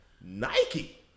Nike